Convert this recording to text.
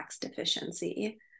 deficiency